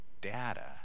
data